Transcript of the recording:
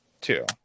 Two